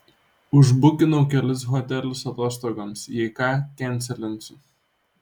užbukinau kelis hotelius atostogoms jei ką kenselinsiu